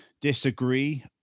disagree